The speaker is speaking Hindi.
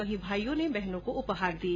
वहीं भाईयों ने बहनों को उपहार दिये